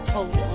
Hold